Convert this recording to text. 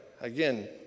Again